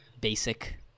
Basic